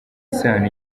isano